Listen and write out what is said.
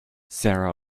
sarah